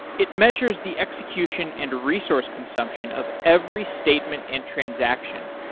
it measures the execution and resource consumption of every statement and transaction,